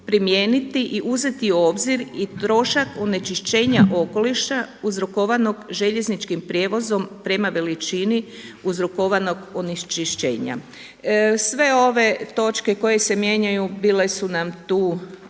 primijeniti i uzeti u obzir i trošak onečišćenja okoliša uzrokovanog željezničkim prijevozom prema veličini uzrokovanog onečišćenja. Sve ove točke koje se mijenjaju bile su nam tu